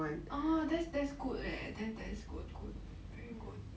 orh that's that's good eh then that's good good very good